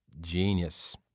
Genius